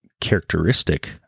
characteristic